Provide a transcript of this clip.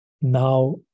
Now